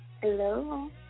Hello